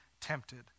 tempted